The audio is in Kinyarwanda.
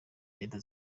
reta